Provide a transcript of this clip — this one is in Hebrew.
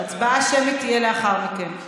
ההצבעה אחר כך תהיה